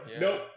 Nope